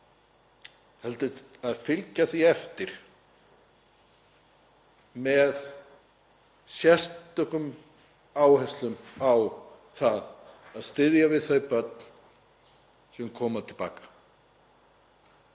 heldur að fylgja því eftir með sérstökum áherslum á það að styðja við þau börn sem koma til baka.